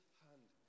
hand